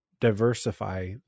diversify